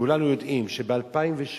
וכולנו יודעים שב-2008,